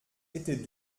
était